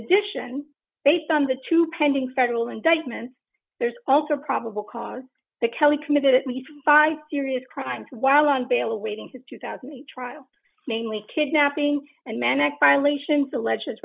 addition based on the two pending federal indictments there's also probable cause that kelly committed at least five serious crimes while on bail awaiting his two thousand each trial mainly kidnapping and man exile ations allege